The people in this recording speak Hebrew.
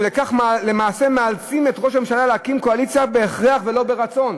ובכך מאלצים למעשה את ראש הממשלה להקים קואליציה בהכרח ולא ברצון.